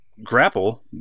grapple